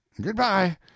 Goodbye